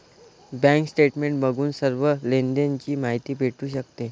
bank statement बघून सर्व लेनदेण ची माहिती भेटू शकते